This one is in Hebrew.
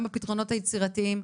גם בפתרונות היצירתיים.